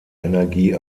energie